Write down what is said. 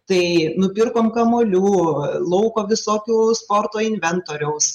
tai nupirkom kamuolių lauko visokių sporto inventoriaus